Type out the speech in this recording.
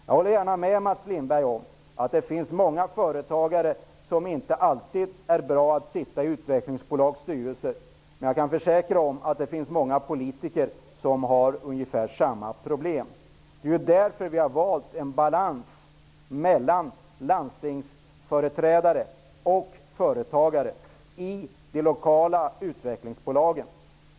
Jag håller gärna med Mats Lindberg om att det finns många företagare som inte alltid är lämpade att sitta i utvecklingsbolags styrelser, men jag kan försäkra att många politiker har ungefär samma problem. Därför har vi valt att ha en balans mellan landstingsföreträdare och företagare i de lokala utvecklingsbolagen.